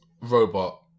robot